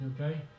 okay